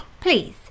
Please